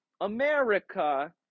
America